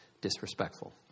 disrespectful